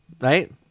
Right